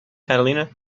catalina